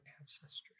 ancestors